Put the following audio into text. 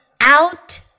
out